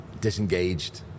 Disengaged